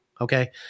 okay